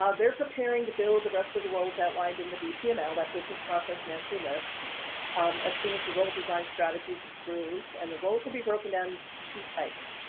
ah they're preparing to build the rest of the roles outlined in the bpml that business process master list as soon as the role design strategy is approved and the roles will be broken down to two types.